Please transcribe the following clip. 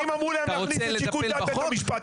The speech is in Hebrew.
שנים אמרו להם להכניס את שיקול דעת בית המשפט.